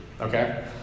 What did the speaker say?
okay